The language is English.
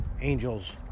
angels